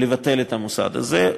לבטל את המוסד הזה,